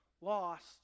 lost